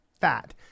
fat